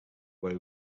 where